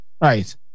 Right